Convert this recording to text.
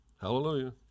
Hallelujah